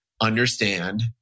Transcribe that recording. understand